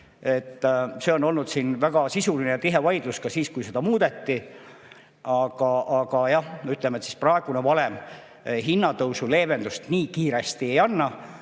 See oli siin väga sisuline ja tihe vaidlus ka siis, kui seda muudeti. Aga jah, ütleme nii, et praegune valem hinnatõusu leevendust nii kiiresti ei anna